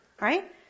right